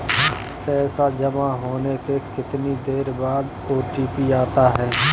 पैसा जमा होने के कितनी देर बाद ओ.टी.पी आता है?